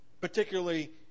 particularly